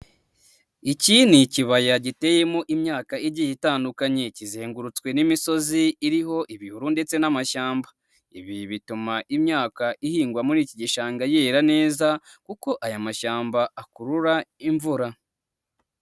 Iki ni ikibaya giteyemo imyaka igiye itandukanye, kizengurutswe n'imisozi iriho ibihuru ndetse n'amashyamba, ibi bituma imyaka ihingwa muri iki gishanga, yera neza kuko aya mashyamba akurura imvura.